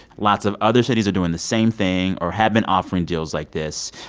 lots of other cities are doing the same thing or have been offering deals like this.